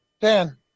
Dan